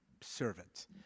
servant